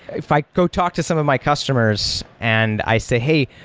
if i go talk to some of my customers and i say, hey,